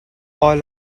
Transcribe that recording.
all